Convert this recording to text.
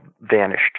Vanished